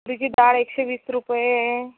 तुरीची डाळ एकशे वीस रुपये आहे